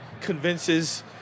convinces